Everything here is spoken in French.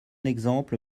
exemple